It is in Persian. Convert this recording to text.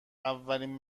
اولین